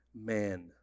man